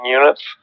units